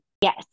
yes